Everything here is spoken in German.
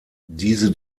diese